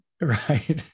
Right